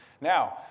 Now